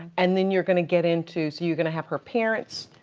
and then you're gonna get into, so you're gonna have her parents,